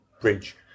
Bridge